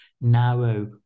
narrow